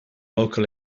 local